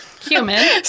Human